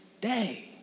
day